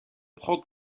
prendre